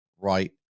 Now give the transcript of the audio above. right